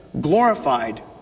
glorified